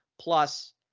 plus